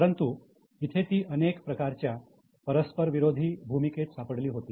परंतु इथे ती अनेक प्रकारच्या परस्पर विरोधी भूमिकेत सापडली होती